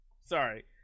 Sorry